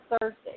Thursday